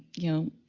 you know,